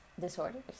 disorders